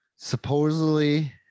Supposedly